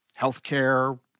healthcare